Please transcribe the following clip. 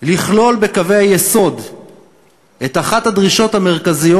לכלול בקווי היסוד את אחת הדרישות המרכזיות